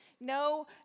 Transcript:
No